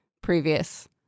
previous